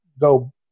go